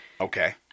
Okay